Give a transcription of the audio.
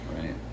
right